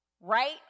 right